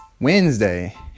Wednesday